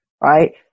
right